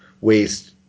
waste